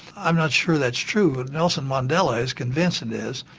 i'm not sure that's true but nelson mandela is convinced it is.